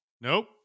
Nope